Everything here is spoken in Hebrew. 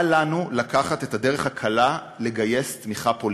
אל לנו לקחת את הדרך הקלה לגייס תמיכה פוליטית.